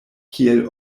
kiel